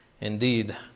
indeed